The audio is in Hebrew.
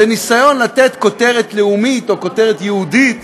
זה ניסיון לתת כותרת לאומית, או כותרת יהודית,